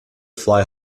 fly